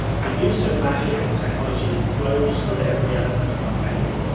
the use of magick and technology flows through every element of arcanum.